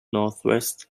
northwest